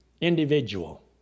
individual